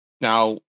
Now